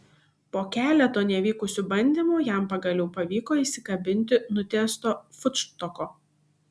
po keleto nevykusių bandymų jam pagaliau pavyko įsikabinti nutiesto futštoko